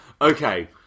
Okay